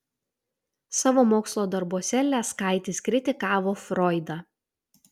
savo mokslo darbuose leskaitis kritikavo froidą